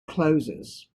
closes